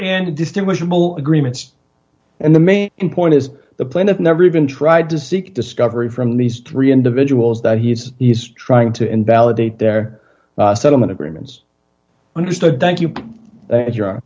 and distinguishable agreements and the main point is the plaintiff never even tried to seek discovery from these three individuals that he's trying to invalidate their settlement agreements understood thank you and your